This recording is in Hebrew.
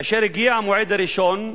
כאשר הגיע המועד הראשון,